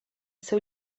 seu